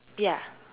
ya